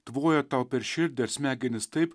tvoja tau per širdį ar smegenis taip